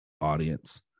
audience